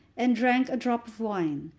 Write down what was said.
and drank a drop of wine,